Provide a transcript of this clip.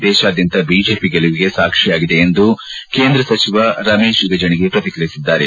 ದೇಶಾದ್ಯಂತ ಬಿಜೆಪಿ ಗೆಲುವು ಸಾಕ್ಷಿಯಾಗಿದೆ ಎಂದು ಕೇಂದ್ರ ಸಚಿವ ರಮೇಶ್ ಜಿಗಜಿಣಗಿ ಪ್ರತಿಕ್ರಿಯಿಸಿದ್ದಾರೆ